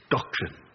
Doctrine